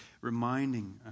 reminding